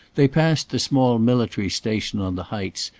they passed the small military station on the heights,